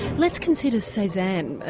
let's consider cezanne, ah